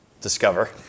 discover